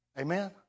Amen